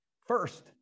First